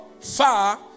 far